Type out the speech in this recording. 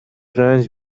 رنج